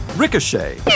Ricochet